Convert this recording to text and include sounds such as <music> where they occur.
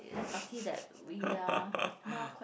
<laughs>